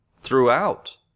throughout